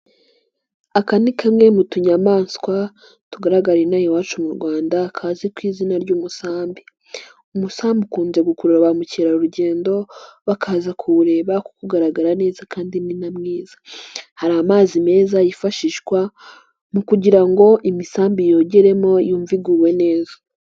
Aka ni kamwe mu tuyamaswa tugaragara ino aha iwacu mu rwanda, kazwi ku izina ry'umusambi. Umusambi ukunze gukurura ba mukerarugendo bakaza kuwureba kuko ugaragara neza kandi ni na mwiza. Hari amazi meza yifashishwa mu kugira ngo imisambi yogemo yumve iguwe neza.